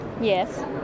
Yes